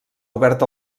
obert